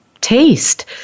Taste